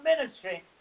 ministry